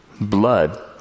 blood